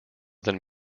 than